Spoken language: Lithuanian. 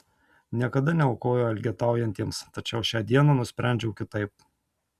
niekada neaukoju elgetaujantiems tačiau šią dieną nusprendžiau kitaip